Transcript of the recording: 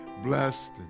blessed